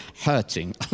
hurting